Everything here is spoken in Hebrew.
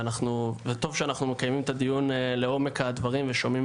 וטוב שאנחנו מקיימים את הדיוק לעומק הדברים ושומעים